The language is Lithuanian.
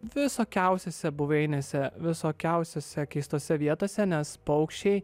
visokiausiose buveinėse visokiausiose keistose vietose nes paukščiai